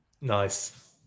Nice